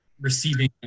receiving